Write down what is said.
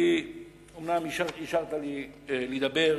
כי אומנם אפשרת לי לדבר,